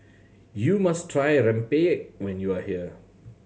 you must try rempeyek when you are here